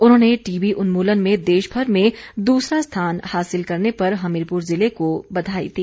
उन्होंने टीबी उन्मूलन में देशभर में दूसरा स्थान हासिल करने पर हमीरपुर ज़िले को बधाई दी